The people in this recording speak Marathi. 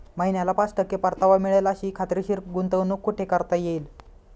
महिन्याला पाच टक्के परतावा मिळेल अशी खात्रीशीर गुंतवणूक कुठे करता येईल?